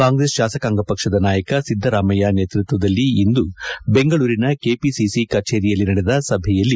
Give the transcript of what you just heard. ಕಾಂಗ್ರೆಸ್ ಶಾಸಕಾಂಗ ಪಕ್ಷದ ನಾಯಕ ಸಿದ್ದರಾಮಯ್ಯ ನೇತೃತ್ವದಲ್ಲಿ ಇಂದು ಬೆಂಗಳೂರಿನ ಕೆಪಿಸಿಸಿ ಕಚೇರಿಯಲ್ಲಿ ನಡೆದ ಸಭೆಯಲ್ಲಿ